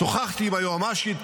שוחחתי עם היועמ"שית,